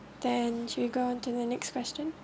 then should we go on to the next question